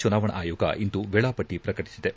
ಚುನಾವಣಾ ಆಯೋಗ ಇಂದು ವೇಳಾಪಟ್ಟಿ ಪ್ರಕಟಿಸಿದೆ